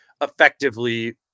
effectively